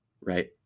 right